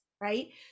right